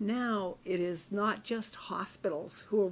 now it is not just hospitals